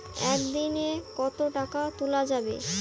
একদিন এ কতো টাকা তুলা যাবে?